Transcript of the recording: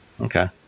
Okay